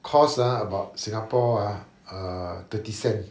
cost ah about singapore ah err thirty cents